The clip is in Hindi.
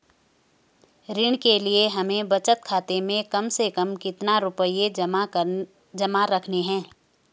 ऋण के लिए हमें बचत खाते में कम से कम कितना रुपये जमा रखने हैं?